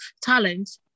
talent